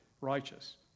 righteous